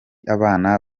abana